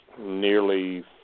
nearly